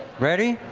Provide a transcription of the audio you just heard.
ready?